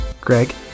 Greg